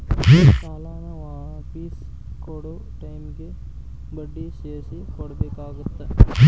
ಸಾಲಾನ ವಾಪಿಸ್ ಕೊಡೊ ಟೈಮಿಗಿ ಬಡ್ಡಿ ಸೇರ್ಸಿ ಕೊಡಬೇಕಾಗತ್ತಾ